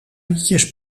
liedjes